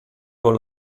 nuovi